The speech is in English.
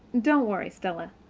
don't worry, stella.